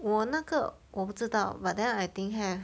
我那个我不知道 but then I think have